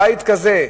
בית כזה,